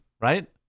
right